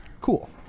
Cool